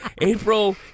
April